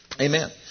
Amen